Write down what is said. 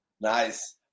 Nice